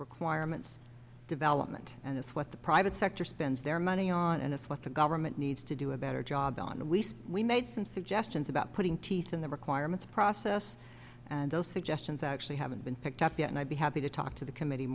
requirements development and that's what the private sector spends their money on and it's what the government needs to do a better job on the least we made some suggestions about putting teeth in the requirements process and those suggestions actually haven't been picked up yet and i'd be happy to talk to the com